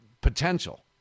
potential